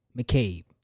McCabe